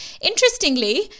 interestingly